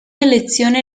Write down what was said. elezione